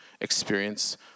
experience